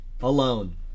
alone